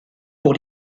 pour